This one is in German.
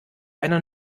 einer